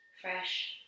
fresh